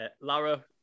Lara